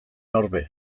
orbe